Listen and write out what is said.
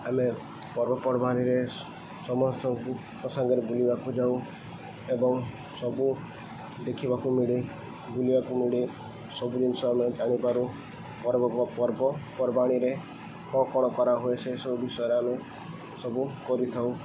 ଆମେ ପର୍ବପର୍ବାଣିରେ ସମସ୍ତଙ୍କୁ ସାଙ୍ଗରେ ବୁଲିବାକୁ ଯାଉ ଏବଂ ସବୁ ଦେଖିବାକୁ ମିଳେ ବୁଲିବାକୁ ମିଳେ ସବୁ ଜିନିଷ ଆମେ ଜାଣିପାରୁ ପର୍ବ ପର୍ବପର୍ବାଣିରେ କ'ଣ କ'ଣ କରା ହୁଏ ସେସବୁ ବିଷୟରେ ଆମେ ସବୁ କରିଥାଉ